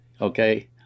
okay